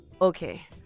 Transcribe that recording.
okay